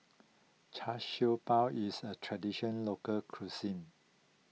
Char Siew Bao is a tradition local cuisine